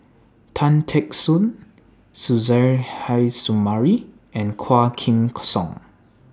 Tan Teck Soon Suzairhe Sumari and Quah Kim Song